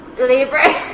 Libra